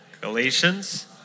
Galatians